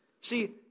See